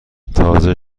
تازه